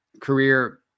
career